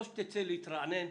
או תצא להתרענן,